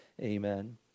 Amen